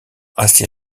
assez